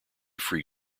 free